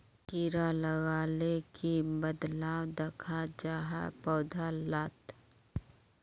कीड़ा लगाले की बदलाव दखा जहा पौधा लात?